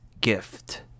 gift